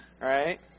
right